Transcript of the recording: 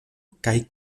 pro